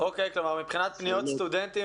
מבחינת פניות סטודנטים,